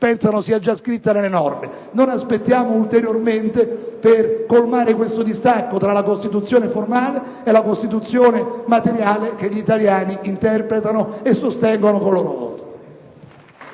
pensano sia già scritta nelle norme. Non aspettiamo ulteriormente per colmare questo distacco tra la Costituzione formale e quella materiale che gli italiani interpretano e sostengono con il loro voto.